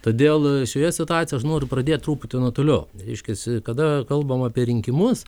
todėl šioje situacijoje aš noriu pradėt truputį nuo toliau reiškiasi kada kalbam apie rinkimus